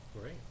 great